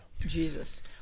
Jesus